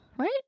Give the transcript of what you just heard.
Right